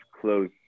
close